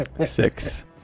six